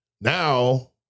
now